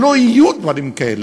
שלא יהיו דברים כאלה.